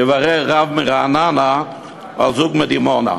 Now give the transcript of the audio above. יברר רב מרעננה על זוג מדימונה?